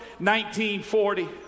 1940